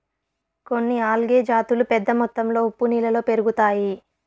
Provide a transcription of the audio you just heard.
కొన్ని ఆల్గే జాతులు పెద్ద మొత్తంలో ఉప్పు నీళ్ళలో పెరుగుతాయి